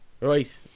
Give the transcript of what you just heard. right